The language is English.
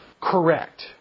Correct